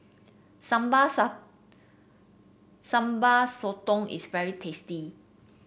sambal Sambal Sotong is very tasty